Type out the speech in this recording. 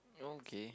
okay